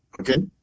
Okay